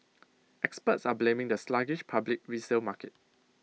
experts are blaming the sluggish public resale market